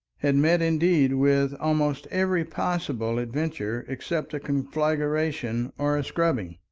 had met indeed with almost every possible adventure except a conflagration or a scrubbing,